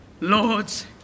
Lords